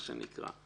מה שנקרא?